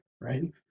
right